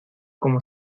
como